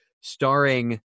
starring